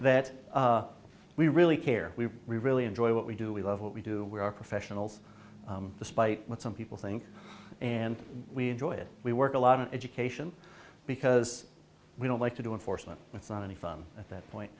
that we really care we really enjoy what we do we love what we do we are professionals despite what some people think and we enjoy it we work a lot of education because we don't like to do unfortunately it's not any fun at that point